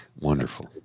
Wonderful